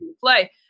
play